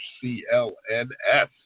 C-L-N-S